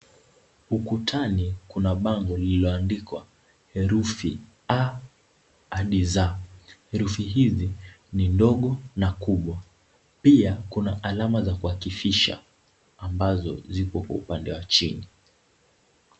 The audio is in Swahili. Ukutani kuna bango lililoandikwa herufi A hadi Z. Herufi hizi, ni ndogo na kubwa. Pia kuna alama za kuakifisha ambazo zipo, upande wa chini.